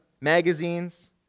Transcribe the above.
magazines